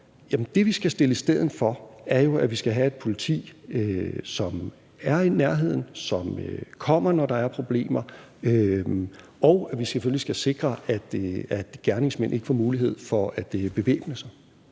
Det, vi skal sætte i stedet for, er jo, at vi skal have et politi, som er i nærheden, og som kommer, når der er problemer, og at vi selvfølgelig skal sikre, at gerningsmænd ikke får mulighed for at bevæbne sig,